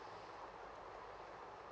okay